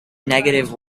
negative